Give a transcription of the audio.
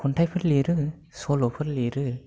खन्थाइफोर लिरो सल'फोर लिरो